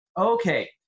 okay